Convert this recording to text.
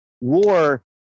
war